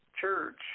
Church